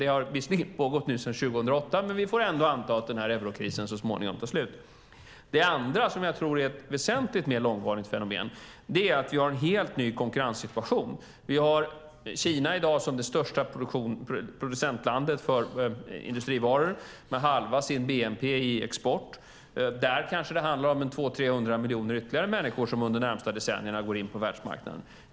Det har visserligen pågått sedan 2008, men vi får ändå anta att den här eurokrisen så småningom tar slut. Det andra, som jag tror är ett väsentligt mer långvarigt fenomen, är att vi har en helt ny konkurrenssituation. Vi har Kina som i dag är det största producentlandet av industrivaror, med halva sin bnp i export. Där kanske det handlar om ytterligare 200-300 miljoner människor som under de närmaste decennierna går in på världsmarknaden.